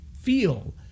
feel